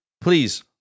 please